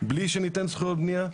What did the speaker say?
בלי שניתן זכויות בנייה,